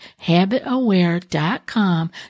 habitaware.com